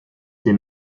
ses